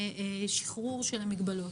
הוא רוצה להישאר ביישוב שלו,